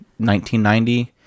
1990